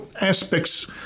aspects